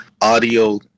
audio